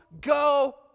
go